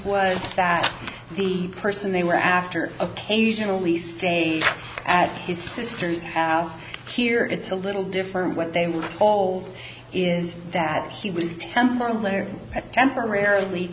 what that the person they were after occasionally stay at his sisters have here it's a little different when they were all is that she was temporarily at temporarily